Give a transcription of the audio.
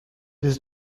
this